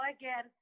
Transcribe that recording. again